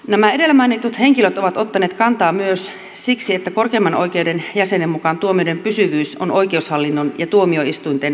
nämä edellä mainitut henkilöt ovat ottaneet kantaa myös siksi että korkeimman oikeuden jäsenen mukaan tuomioiden pysyvyys on oikeushallinnon ja tuomioistuinten luotettavuuden mitta